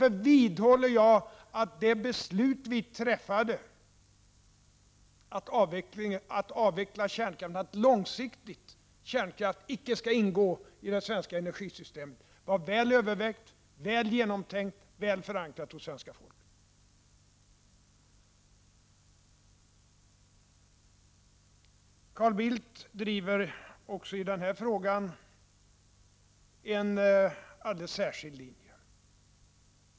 Jag vidhåller därför att det beslut vi träf fade om att kärnkraften på lång sikt icke skall ingå i det svenska energisystemet var väl övervägt, genomtänkt och förankrat hos svenska folket. Carl Bildt driver även i denna fråga en särskild linje.